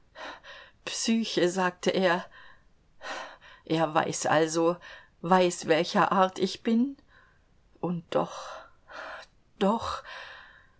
psyche sagte er er weiß also weiß welcher art ich bin und doch doch